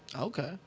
Okay